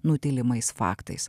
nutylimais faktais